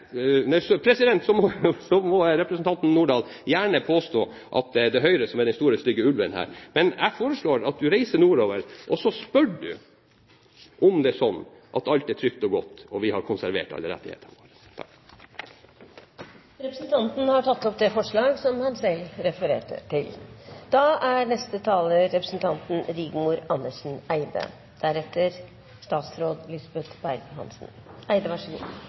påstå at det er Høyre som er den store, stygge ulven her, men jeg foreslår at hun reiser nordover og spør om det er slik at alt er trygt og godt, og om vi har konservert alle rettighetene. Representanten Frank Bakke-Jensen har tatt opp det forslaget han refererte til. Deltakerloven er